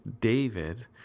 David